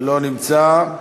לא נמצא,